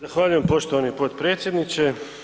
Zahvaljujem poštovani potpredsjedniče.